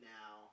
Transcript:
now